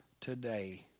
today